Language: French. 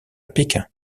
pékin